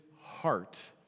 heart